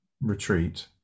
retreat